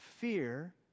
Fear